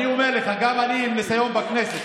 אני אומר לך, אני עם ניסיון בכנסת.